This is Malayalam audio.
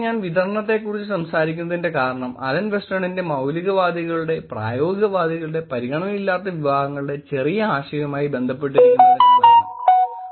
പിന്നെ ഞാൻ വിതരണത്തെക്കുറിച്ച് സംസാരിക്കുന്നതിന്റെ കാരണം അലൻ വെസ്റ്റണിന്റെ മൌലികവാദികളുടെ പ്രായോഗികവാദികളുടെ പരിഗണനയില്ലാത്ത വിഭാഗങ്ങളുടെ ചെറിയ ആശയവുമായി ബന്ധപ്പെട്ടിരിക്കുന്നതിനാലാണ്